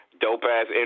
dope-ass